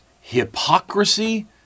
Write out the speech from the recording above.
hypocrisy